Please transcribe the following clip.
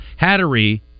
hattery